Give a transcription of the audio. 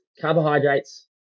carbohydrates